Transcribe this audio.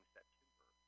September